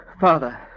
Father